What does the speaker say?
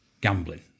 gambling